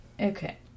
okay